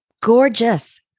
Gorgeous